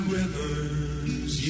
rivers